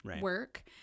work